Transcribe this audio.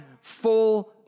full